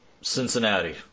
Cincinnati